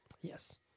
Yes